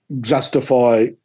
justify